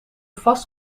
vast